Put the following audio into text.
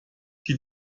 die